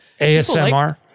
ASMR